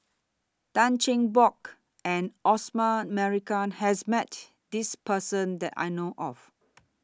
Tan Cheng Bock and Osman Merican has Met This Person that I know of